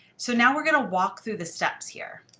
so now, we're going to walk through the steps here.